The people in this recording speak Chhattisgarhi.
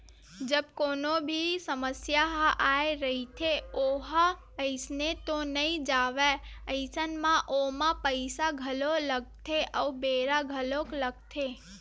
जब कोनो भी समस्या ह आय रहिथे ओहा अइसने तो नइ जावय अइसन म ओमा पइसा घलो लगथे अउ बेरा घलोक लगथे